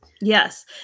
Yes